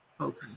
okay